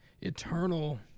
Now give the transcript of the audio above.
Eternal